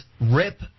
rip